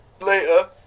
later